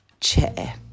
chair